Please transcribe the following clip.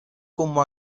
como